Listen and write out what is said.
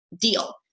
deal